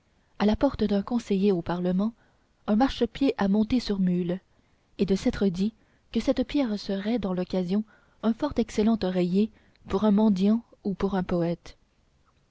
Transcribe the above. à la porte d'un conseiller au parlement un marche-pied à monter sur mule et de s'être dit que cette pierre serait dans l'occasion un fort excellent oreiller pour un mendiant ou pour un poète